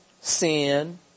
sin